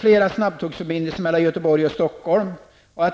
Flera snabbtågsförbindelser mellan Göteborg och Stockholm samt